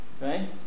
Right